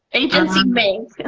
agencies make? yeah